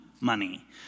money